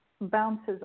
bounces